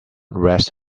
rest